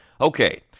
Okay